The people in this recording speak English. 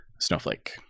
Snowflake